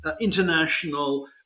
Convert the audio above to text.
international